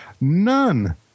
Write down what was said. none